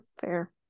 Fair